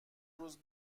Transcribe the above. روز